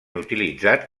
utilitzat